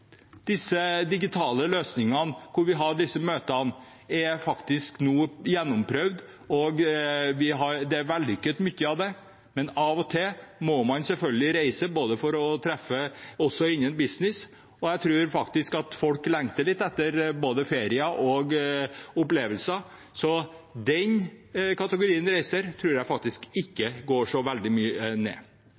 er faktisk nå gjennomprøvd, og mye av det er vellykket. Men av og til må man selvfølgelig reise for å treffes også innen business, og jeg tror at folk lengter litt etter både ferier og opplevelser, så den kategorien reiser tror jeg ikke går så veldig mye ned.